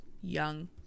young